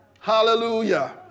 Hallelujah